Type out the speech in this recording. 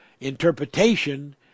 interpretation